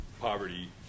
poverty